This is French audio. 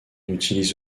utilise